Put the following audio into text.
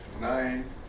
nine